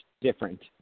different